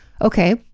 Okay